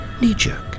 knee-jerk